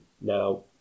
Now